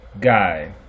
Guy